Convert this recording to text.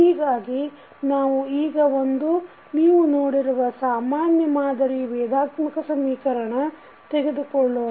ಹೀಗಾಗಿ ನಾವು ಈಗ ಒಂದು ನೀವು ನೋಡಿರುವ ಸಾಮಾನ್ಯ ಮಾದರಿ ಬೇಧಾತ್ಮಕ ಸಮೀಕರಣ ತೆಗೆದುಕೊಳ್ಳೋಣ